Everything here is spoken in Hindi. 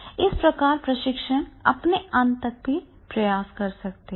इस प्रकार प्रशिक्षक अपने अंत तक भी प्रयास कर सकते हैं